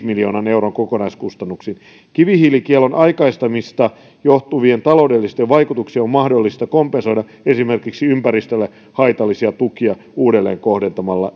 miljoonan euron kokonaiskustannuksiin kivihiilikiellon aikaistamisesta johtuvia taloudellisia vaikutuksia on mahdollista kompensoida esimerkiksi ympäristölle haitallisia tukia uudelleen kohdentamalla